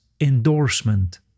endorsement